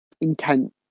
intent